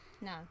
No